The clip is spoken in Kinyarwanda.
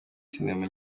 cinema